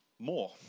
more